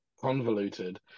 convoluted